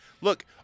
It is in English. Look